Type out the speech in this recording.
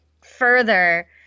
further